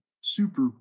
super